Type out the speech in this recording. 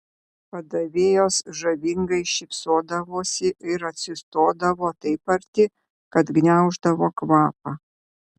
padavėjos žavingai šypsodavosi ir atsistodavo taip arti kad gniauždavo kvapą